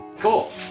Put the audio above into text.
Cool